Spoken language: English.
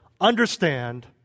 understand